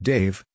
Dave